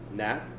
nap